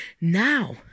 now